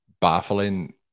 baffling